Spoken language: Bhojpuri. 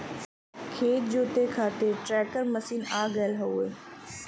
खेत जोते खातिर ट्रैकर मशीन आ गयल हउवे